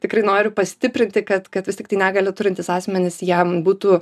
tikrai noriu pastiprinti kad kad vis tiktai negalią turintys asmenys jiem būtų